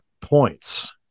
points